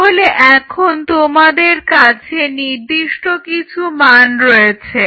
তাহলে এখন তোমাদের কাছে নির্দিষ্ট কিছু মান রয়েছে